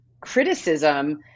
criticism